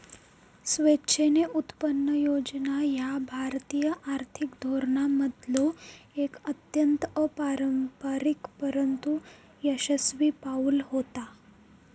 स्वेच्छेने उत्पन्न योजना ह्या भारतीय आर्थिक धोरणांमधलो एक अत्यंत अपारंपरिक परंतु यशस्वी पाऊल होता